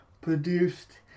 produced